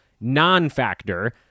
non-factor